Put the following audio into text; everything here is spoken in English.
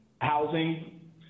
housing